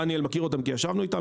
דניאל מכיר אותם כי ישבנו איתם,